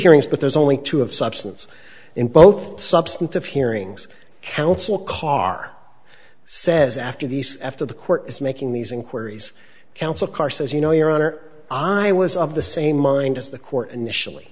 hearings but there's only two of substance in both substantive hearings counsel carr says after these after the court is making these inquiries counsel carr says you know your honor i was of the same mind as the court initially